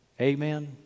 Amen